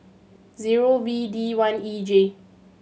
zero V D one E J